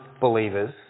believers